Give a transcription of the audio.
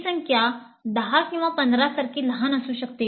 ही संख्या 10 किंवा 15 सारखी लहान असू शकते